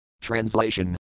Translation